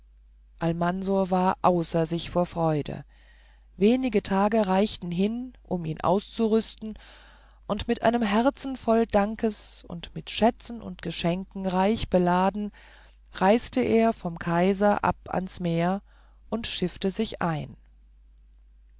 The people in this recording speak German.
almansor war außer sich vor freude wenige tage reichten hin um ihn auszurüsten und mit einem herzen voll dankes und mit schätzen und geschenken reich beladen reiste er vom kaiser ab ans meer und schiffte sich ein